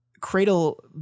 Cradle